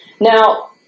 Now